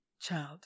child